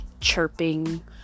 chirping